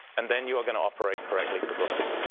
and then you are going to operate correctly for growth.